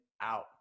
out